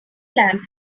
lamp